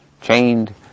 chained